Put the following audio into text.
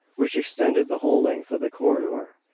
which extended the whole length of the corridor.